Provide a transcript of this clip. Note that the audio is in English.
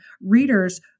readers